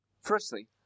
Firstly